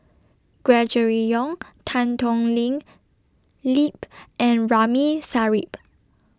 Gregory Yong Tan Thoon Ling Lip and Ramli Sarip